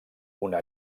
una